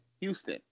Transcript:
Houston